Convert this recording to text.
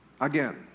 again